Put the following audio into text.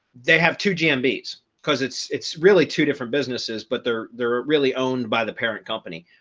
they have to jam beats because it's it's really two different businesses but they're they're really owned by the parent company.